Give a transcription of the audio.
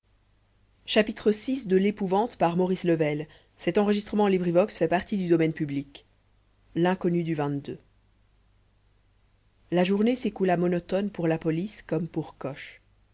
l'inconnu du la journée s'écoula monotone pour la police comme pour coche